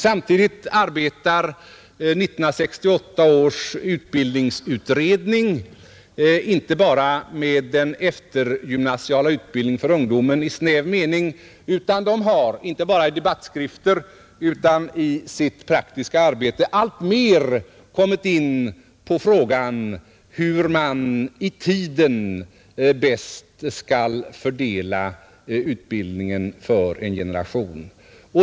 Samtidigt arbetar 1968 års utbildningsutredning, som inte bara tar upp den eftergymnasiala utbildningen för ungdomen i snäv mening. Den har inte bara i debattskrifter utan också i sitt praktiska arbete alltmer kommit in på frågan hur man i tiden bäst skall fördela utbildningen för en generation.